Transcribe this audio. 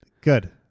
Good